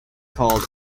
called